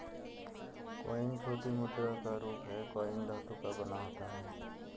coin छोटी मुद्रा का रूप है कॉइन धातु का बना होता है